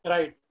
Right